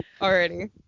Already